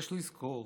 יש לזכור